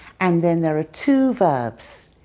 and then there are two verbs.